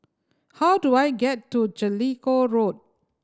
how do I get to Jellicoe Road